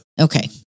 Okay